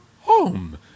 home